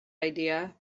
idea